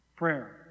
Prayer